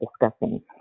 discussing